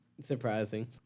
surprising